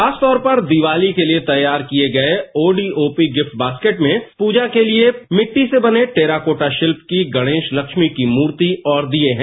खास तौर पर दिवाली के लिए तैयार किये गये ओडीओपी गिफ्ट बास्केट में पूजा के लिए मिट्टी से बने टेराकोटा शिल्प की गणेस लस्मी की मूर्ति और दीये हैं